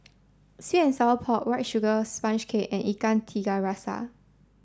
sweet and sour pork white sugar sponge cake and Ikan Tiga Rasa